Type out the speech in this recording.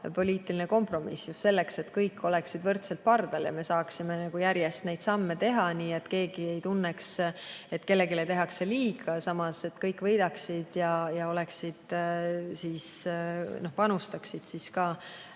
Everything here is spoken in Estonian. poliitiline kompromiss – just selleks, et kõik oleksid võrdselt pardal ja me saaksime järjest neid samme teha, nii et keegi ei tunneks, et kellelegi tehakse liiga, aga samas kõik võidaksid ja panustaksid ka